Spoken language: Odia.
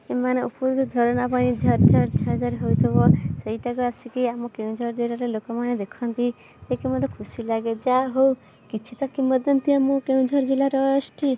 ଏମାନେ ଉପରୁ ଯେଉଁ ଝରଣା ପାଣି ଝର୍ଝର୍ ଝର୍ଝର୍ ହଉଥିବ ସେଇଟାକୁ ଆସିକି ଆମ କେନ୍ଦୁଝର ଜିଲ୍ଲାରେ ଲୋକମାନେ ଦେଖନ୍ତି ଦେଖି ମୋତେ ଖୁସି ଲାଗେ ଯା ହେଉ କିଛି ତ କିମ୍ବଦନ୍ତୀ ଆମ କେନ୍ଦୁଝର ଜିଲ୍ଲାରେ ଅଛି